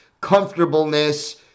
comfortableness